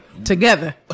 Together